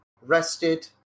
rested